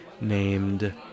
named